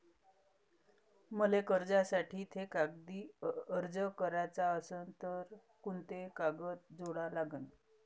मले कर्जासाठी थे कागदी अर्ज कराचा असन तर कुंते कागद जोडा लागन?